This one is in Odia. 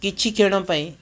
କିଛି କ୍ଷଣ ପାଇଁ